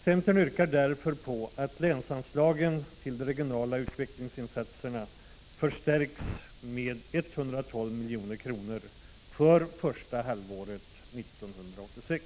Centern yrkar därför på att länsanslagen till regionala utvecklingsinsatser förstärks med 112 milj.kr. för första halvåret 1986.